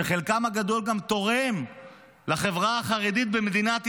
שחלקם הגדול גם תורם לחברה החרדית במדינת ישראל,